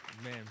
Amen